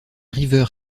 river